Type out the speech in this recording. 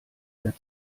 der